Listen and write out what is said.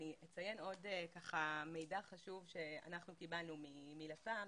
אני אציין מידע חשוב שאנחנו קיבלנו מלפ"מ,